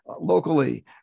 locally